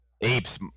Apes